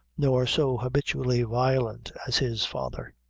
nor so habitually violent as his father.